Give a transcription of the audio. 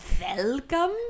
welcome